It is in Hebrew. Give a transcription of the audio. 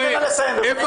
כמו